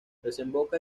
desemboca